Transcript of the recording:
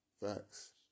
facts